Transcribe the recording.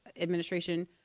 administration